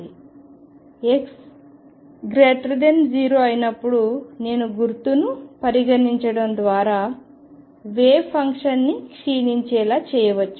x0 అయినప్పుడు నేను గుర్తును పరిగణించడం ద్వారా వేవ్ ఫంక్షన్ ని క్షీణించేలా చేయవచ్చు